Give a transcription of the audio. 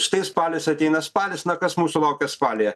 štai spalis ateina spalis na kas mūsų laukia spalyje